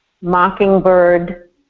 mockingbird